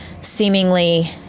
seemingly